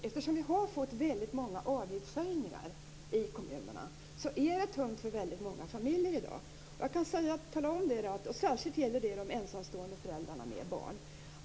Eftersom det har kommit många avgiftshöjningar i kommunerna är det tungt för många familjer i dag. Detta gäller särskilt de ensamstående föräldrarna med barn.